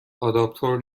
آداپتور